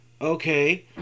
okay